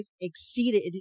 exceeded